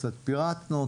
קצת פירטנו אותו,